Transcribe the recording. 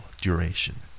duration